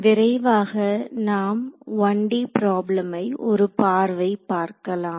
விரைவாக நாம் 1D பிராப்ளமை ஒரு பார்வை பார்க்கலாம்